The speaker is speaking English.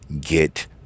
Get